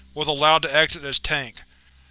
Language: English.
was allowed to exit its tank.